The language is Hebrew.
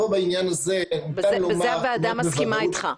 בזה הוועדה מסכימה איתך.